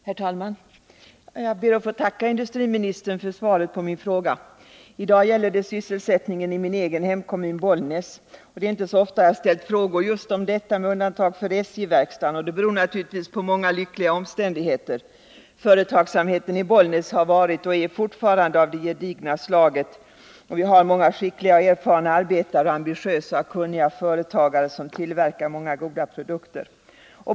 Herr talman! Jag ber att få tacka industriministern för svaret på min fråga. I dag gäller det sysselsättningen i min hemkommun Bollnäs. Det är inte så ofta jag ställt frågor just om detta — undantaget gäller SJ-verkstaden — och att jag inte behövt göra det beror naturligtvis på många lyckliga omständigheter. Företagsamheten i Bollnäs har varit och är fortfarande av det gedigna slaget. Vi har många skickliga och erfarna arbetare och ambitiösa och kunniga företagare som tillverkar åtskilliga goda produkter.